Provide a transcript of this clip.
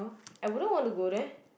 I wouldn't want to go there